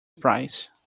price